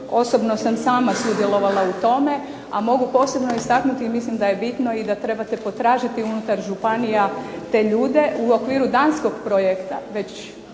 Osobno sam sama sudjelovala u tome, a mogu posebno istaknuti i mislim da je bitno i da trebate potražiti unutar županija te ljude. U okviru danskog projekta